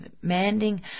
demanding